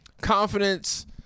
confidence